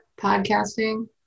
podcasting